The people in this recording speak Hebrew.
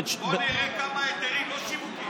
בוא נראה כמה היתרים הוצאת.